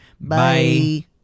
Bye